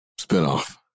spinoff